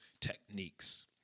techniques